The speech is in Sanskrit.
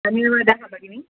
त्वमेव वदाम भगिनी